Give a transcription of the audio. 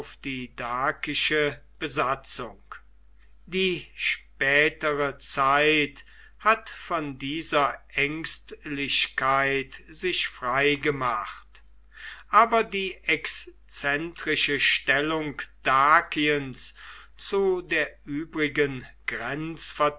die dakische besatzung die spätere zeit hat von dieser ängstlichkeit sich freigemacht aber die exzentrische stellung dakiens zu der übrigen